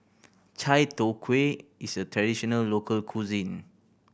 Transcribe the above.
chai tow kway is a traditional local cuisine